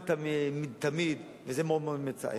כמעט תמיד, וזה מאוד מאוד מצער.